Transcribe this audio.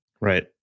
Right